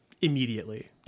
immediately